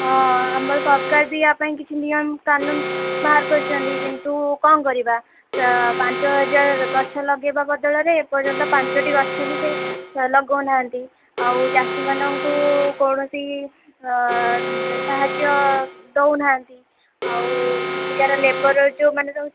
ହଁ ଆମର ସରକାର ବି ଏଇଆ ପାଇଁ କିଛି ନିୟମ କାନୁନ ବାହାର କରିଛନ୍ତି କିନ୍ତୁ କ'ଣ କରିବା ପାଞ୍ଚ ହଜାର ଗଛ ଲଗାଇବା ବଦଳରେ ଏ ପର୍ଯ୍ୟନ୍ତ ପାଞ୍ଚଟି ଗଛ ବି ସେ ଲଗଉ ନାହାନ୍ତି ଆଉ ଚାଷୀମାନଙ୍କୁ କୌଣସି ସାହାଯ୍ୟ ଦେଉନାହାନ୍ତି ଆଉ ସେଠକାର ଲେବର ଯୋଉମାନେ ସବୁ